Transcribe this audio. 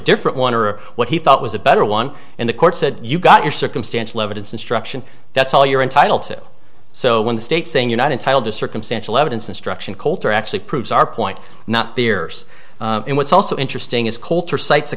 different one or what he thought was a better one and the court said you've got your circumstantial evidence instruction that's all you're entitled to so when the state's saying you're not entitled to circumstantial evidence instruction coulter actually proves our point not bierce what's also interesting is coulter cites a